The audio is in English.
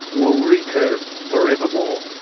will recur forevermore.